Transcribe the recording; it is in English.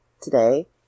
today